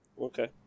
okay